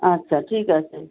আচ্ছা ঠিক আছে